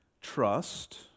trust